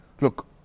look